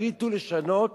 החליטו לשנות